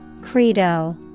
Credo